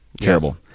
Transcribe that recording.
Terrible